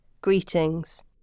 greetings